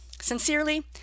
Sincerely